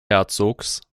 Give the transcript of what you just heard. herzogs